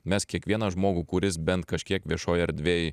mes kiekvieną žmogų kuris bent kažkiek viešoj erdvėj